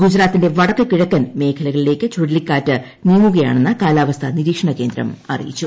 ഗുജറാത്തിന്റെ വടക്ക് കിഴക്കൻ മേഖലകളിലേയ്ക്ക് ചുഴലിക്കാറ്റ് നീങ്ങുകയാണെന്ന് കാലാവസ്ഥ നിരീക്ഷണ കേന്ദ്രം അറിയിച്ചു